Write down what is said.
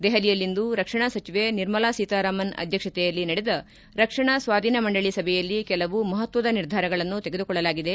ದೆಹಲಿಯಲ್ಲಿಂದು ರಕ್ಷಣಾ ಸಚಿವೆ ನಿರ್ಮಲಾ ಸೀತಾರಾಮನ್ ಅಧ್ಯಕ್ಷತೆಯಲ್ಲಿ ನಡೆದ ರಕ್ಷಣಾ ಸ್ವಾಧೀನ ಮಂಡಳ ಸಭೆಯಲ್ಲಿ ಕೆಲವು ಮಹತ್ವದ ನಿರ್ಧಾರಗಳನ್ನು ತೆಗೆದುಕೊಳ್ಳಲಾಗಿದೆ